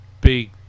big